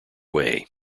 way